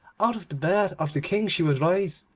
out of the bed of the king she would rise,